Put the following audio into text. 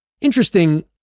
Interesting